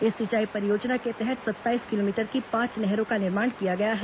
इस सिंचाई परियोजना के तहत सत्ताईस किलोमीटर की पांच नहरों का निर्माण किया गया है